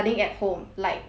our school lah